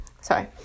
Sorry